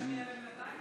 שאני אעלה בינתיים?